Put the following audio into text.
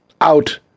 Out